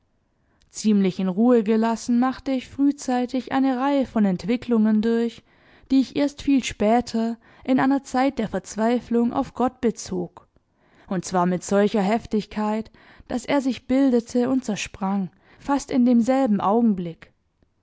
ziemlich in ruhe gelassen machte ich frühzeitig eine reihe von entwicklungen durch die ich erst viel später in einer zeit der verzweiflung auf gott bezog und zwar mit solcher heftigkeit daß er sich bildete und zersprang fast in demselben augenblick